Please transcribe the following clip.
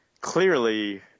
clearly